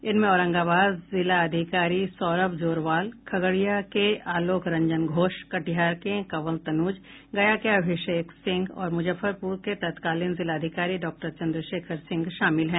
इनमें औरंगाबाद के जिलाधिकारी सौरभ जोरवाल खगड़िया के आलोक रंजन घोष कटिहार के कंवल तनूज गया के अभिषेक सिंह और मूजफ्फरपुर के तत्कालिन जिलाधिकारी डॉक्टर चन्द्रशेखर सिंह शामिल हैं